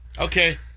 Okay